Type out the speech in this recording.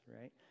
right